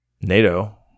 NATO